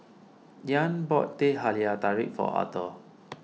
Ian bought Teh Halia Tarik for Arthor